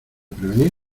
prevenir